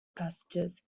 passages